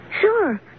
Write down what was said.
Sure